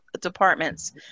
departments